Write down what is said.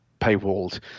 paywalled